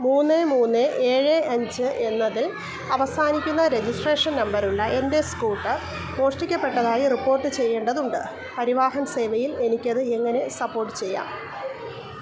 മൂന്ന് മൂന്ന് ഏഴ് അഞ്ച് എന്നത് അവസാനിക്കുന്ന രജിസ്ട്രേഷൻ നമ്പറുള്ള എൻ്റെ സ്കൂട്ടർ മോഷ്ടിക്കപ്പെട്ടതായി റിപ്പോട്ട് ചെയ്യേണ്ടതുണ്ട് പരിവാഹൻ സേവയിൽ എനിക്ക് അത് എങ്ങനെ സപ്പോട്ട് ചെയ്യാം